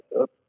up